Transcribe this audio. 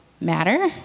matter